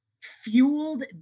Fueled